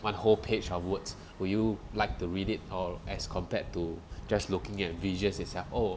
one whole page of words would you like to read it or as compared to just looking at visual itself oh